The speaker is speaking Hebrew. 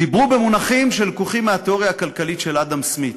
דיברו במונחים שלקוחים מהתיאוריה הכלכלית של אדם סמית: